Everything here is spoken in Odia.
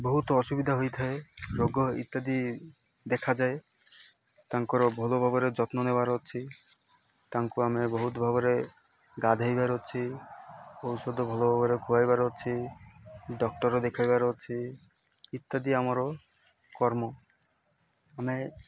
ବହୁତ ଅସୁବିଧା ହୋଇଥାଏ ରୋଗ ଇତ୍ୟାଦି ଦେଖାଯାଏ ତାଙ୍କର ଭଲ ଭାବରେ ଯତ୍ନ ନେବାର ଅଛି ତାଙ୍କୁ ଆମେ ବହୁତ ଭାବରେ ଗାଧୋଇବାର ଅଛି ଔଷଧ ଭଲ ଭାବରେ ଖୁଆାଇବାର ଅଛି ଡକ୍ଟର୍ ଦେଖାଇବାର ଅଛି ଇତ୍ୟାଦି ଆମର କର୍ମ ଆମେ